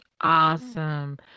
Awesome